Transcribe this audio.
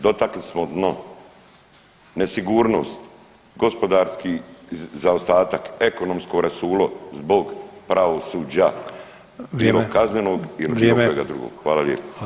Dotakli smo dno nesigurnost, gospodarski zaostatak, ekonomsko rasulo zbog pravosuđa [[Upadica Sanader: Vrijeme.]] bilo kaznenog ili bilo kojega drugog [[Upadica Sanader: Vrijeme.]] Hvala lijepo.